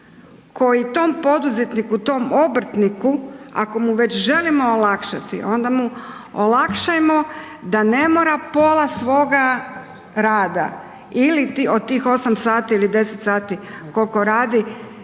koji tom poduzetniku, tom obrtniku ako mu već želimo olakšati onda mu olakšamo da ne mora pola svoga rada ili od tih 8 ili 10 sati koliko radi